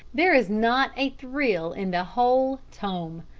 there is not a thrill in the whole tome.